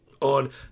on